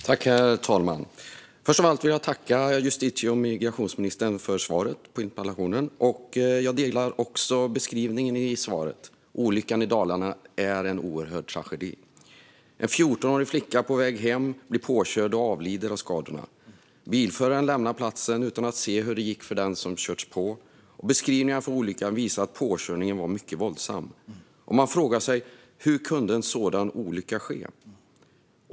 Herr talman! Först av allt vill jag tacka justitie och migrationsministern för svaret på interpellationen. Jag delar också beskrivningen i svaret. Olyckan i Dalarna är en oerhörd tragedi. En 14-årig flicka på väg hem blir påkörd och avlider av skadorna. Bilföraren lämnar platsen utan att se efter hur det gick för den som körts på. Beskrivningar från olyckan visar att påkörningen var mycket våldsam. Man frågar sig: Hur kunde en sådan olycka ske?